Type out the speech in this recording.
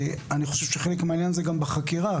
אני חושב שחלק מהעניין זה גם בחקירה,